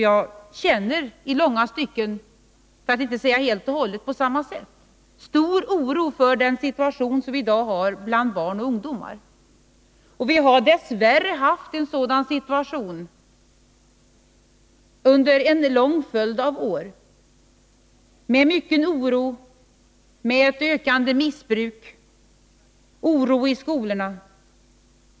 Jag känner i långa stycken, för att inte säga helt och hållet, på samma sätt: stor oro för den situation vi i dag har bland barn och Allmänpolitisk ungdom. Vi har dess värre haft en sådan situation under en lång följd av år, debatt med mycken oro, med ett ökande missbruk, med svårigheter i skolorna.